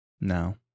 no